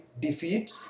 defeat